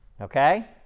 Okay